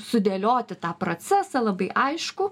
sudėlioti tą procesą labai aiškų